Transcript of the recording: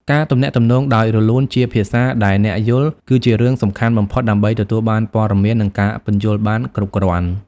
ការទំនាក់ទំនងដោយរលូនជាភាសាដែលអ្នកយល់ គឺជារឿងសំខាន់បំផុតដើម្បីទទួលបានព័ត៌មាន និងការពន្យល់បានគ្រប់គ្រាន់។